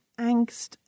angst